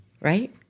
right